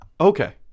Okay